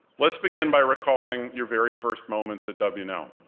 let's begin by recalling your very first moments at w and l.